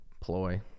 ploy